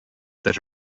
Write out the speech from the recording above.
that